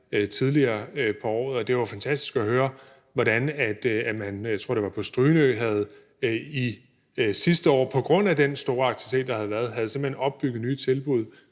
tidligere på året, og det var fantastisk at høre, hvordan man – jeg tror, det var på Strynø – sidste år på grund af den store aktivitet, der havde været, simpelt hen havde opbygget nye tilbud,